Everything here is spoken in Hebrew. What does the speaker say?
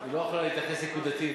היא לא יכולה להתייחס נקודתית,